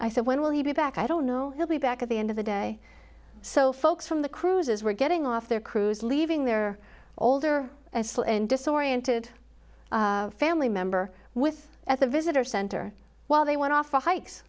i said when will he be back i don't know he'll be back at the end of the day so folks from the cruises were getting off their cruise leaving their older and disoriented family member with at the visitor center while they went off hikes